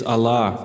Allah